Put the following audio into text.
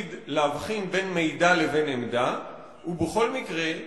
להקפיד להבחין בין מידע לבין עמדה, ובכל מקרה,